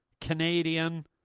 Canadian